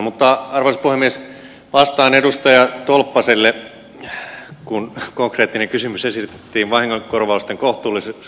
mutta arvoisa puhemies vastaan edustaja tolppaselle kun konkreettinen kysymys esitettiin vahingonkorvausten kohtuullistamisesta